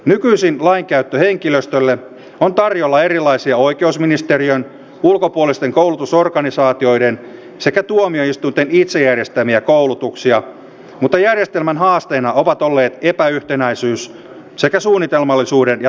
nykyisin lainkäyttöhenkilöstölle on tarjolla erilaisia oikeusministeriön ulkopuolisten koulutusorganisaatioiden sekä tuomioistuinten itse järjestämiä koulutuksia mutta järjestelmän haasteena ovat olleet epäyhtenäisyys sekä suunnitelmallisuuden ja tavoitteellisuuden puute